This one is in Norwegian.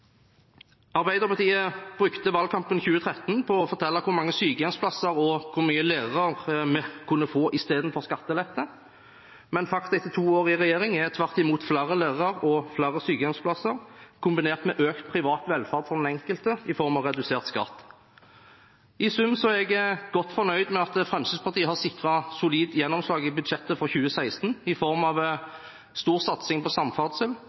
Arbeiderpartiet brukte valgkampen 2013 på å fortelle hvor mange sykehjemsplasser og hvor mange lærere vi kunne få istedenfor skattelette, men faktum er at etter to år i regjering, er det tvert imot flere lærere og flere sykehjemsplasser kombinert med økt privat velferd for den enkelte i form av redusert skatt. I sum er jeg godt fornøyd med at Fremskrittspartiet har sikret solid gjennomslag i budsjettet for 2016 i form av stor satsing på samferdsel,